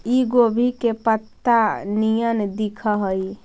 इ गोभी के पतत्ता निअन दिखऽ हइ